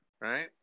right